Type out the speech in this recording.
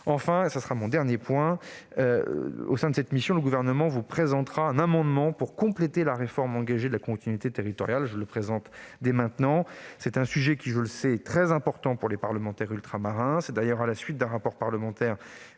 contractualisation. Enfin, au sein de cette mission, le Gouvernement vous présentera un amendement visant à compléter la réforme engagée de la continuité territoriale. C'est un sujet qui, je le sais, est très important pour les parlementaires ultramarins. C'est d'ailleurs à la suite d'un rapport parlementaire